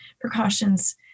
precautions